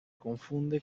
confunde